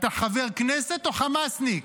אתה חבר כנסת או חמאסניק?